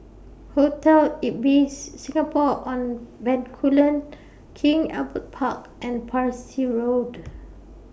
Hotel Ibis Singapore on Bencoolen King Albert Park and Parsi Road